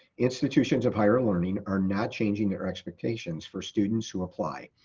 institutions of higher learning are not changing their expectations for students who apply.